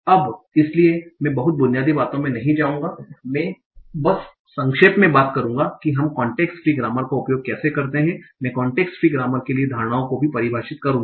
अब इसलिए मैं बहुत बुनियादी बातों में नहीं जाऊंगा मैं बस संक्षेप में बात करूंगा कि हम कांटेक्स्ट फ्री ग्रामर का उपयोग कैसे करते हैं मैं कांटेक्स्ट फ्री ग्रामर के लिए धारणाओं को भी परिभाषित करूंगा